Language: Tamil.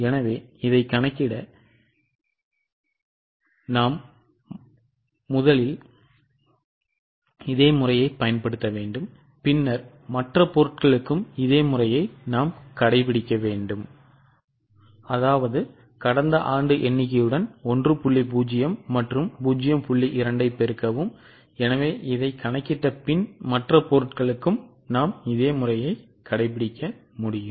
எனவே இதை கணக்கிட்ட பின் மற்ற பொருட்களுக்கும் இதே முறையை நாம் கடைபிடிக்க முடியும்